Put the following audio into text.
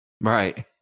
Right